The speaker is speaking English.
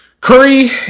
Curry